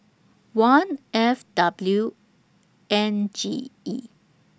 one F W N G E